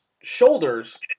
shoulders